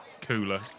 cooler